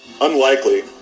Unlikely